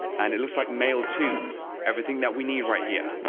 and it looks like mail to everything that we need right here.